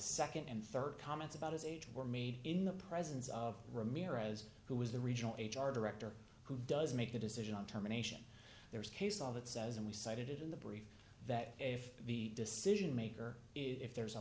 nd and rd comments about his age were made in the presence of ramirez who was the original h r director who does make a decision on terminations there is case law that says and we cited it in the brief that if the decision maker if there's a